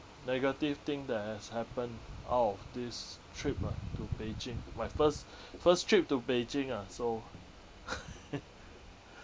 negative thing that has happened out of this trip lah to beijing my first first trip to beijing ah so